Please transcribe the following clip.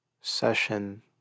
session